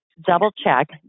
double-check